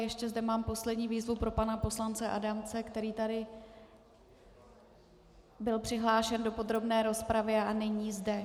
Ještě zde mám poslední výzvu pro pana poslance Adamce, který tady byl přihlášen do podrobné rozpravy a není zde.